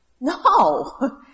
No